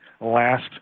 last